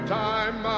time